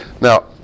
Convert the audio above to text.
Now